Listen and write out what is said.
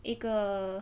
一个